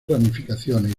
ramificaciones